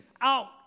out